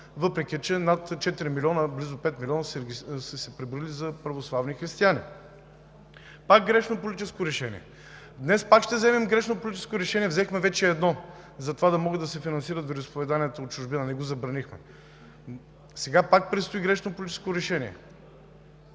въпреки че над четири милиона, близо пет милиона са се преброили за православни християни. Пак грешно политическо решение. Днес пак ще вземем грешно политическо решение. Взехме вече едно – да могат да се финансират вероизповеданията от чужбина, ние го забранихме. Сега пак предстои грешно политическо решение